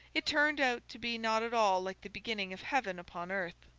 it turned out to be not at all like the beginning of heaven upon earth,